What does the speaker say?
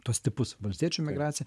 tuos tipus valstiečių migracija